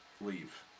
leave